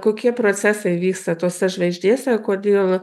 kokie procesai vyksta tose žvaigždėse kodėl